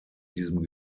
diesem